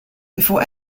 before